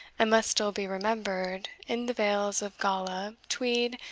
and must still be remembered, in the vales of gala, tweed,